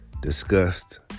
discussed